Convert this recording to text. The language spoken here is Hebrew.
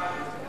ההצעה